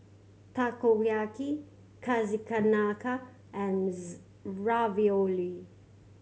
Takoyaki and Ravioli